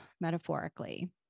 metaphorically